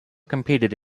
competed